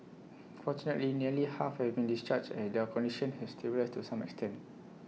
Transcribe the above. fortunately nearly half have been discharged as their condition has stabilised to some extent